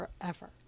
forever